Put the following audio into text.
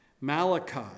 Malachi